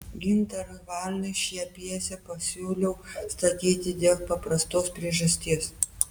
gintarui varnui šią pjesę pasiūliau statyti dėl paprastos priežasties